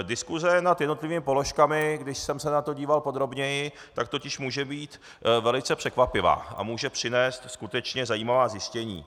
Diskuse nad jednotlivými položkami, když jsem se na to díval podrobněji, tak totiž může být velice překvapivá a může přinést skutečně zajímavá zjištění.